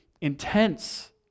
intense